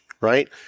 Right